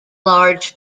large